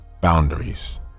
boundaries